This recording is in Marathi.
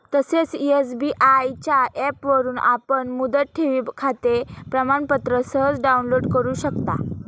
तसेच एस.बी.आय च्या ऍपवरून आपण मुदत ठेवखाते प्रमाणपत्र सहज डाउनलोड करु शकता